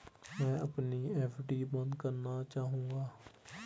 मैं अपनी एफ.डी बंद करना चाहूंगा